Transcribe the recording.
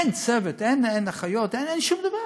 אין צוות, אין אחיות, אין שום דבר.